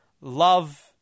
Love